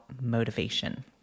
motivation